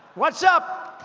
what's up?